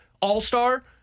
all-star